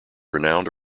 renowned